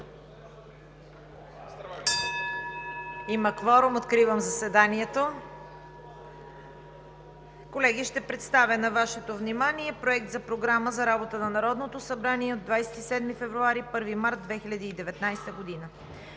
Има кворум. Откривам заседанието. Колеги, ще представя на Вашето внимание Проект за програма за работа на Народното събрание 27 февруари – 1 март 2019 г.: „1.